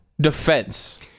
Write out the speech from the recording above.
defense